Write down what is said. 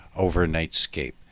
Overnightscape